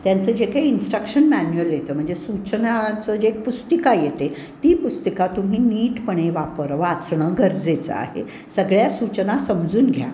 त्यांचं जे काही इन्स्ट्रक्शन मॅन्युअल येतं म्हणजे सूचनाचं जे पुस्तिका येते ती पुस्तिका तुम्ही नीटपणे वापर वाचणं गरजेचं आहे सगळ्या सूचना समजून घ्या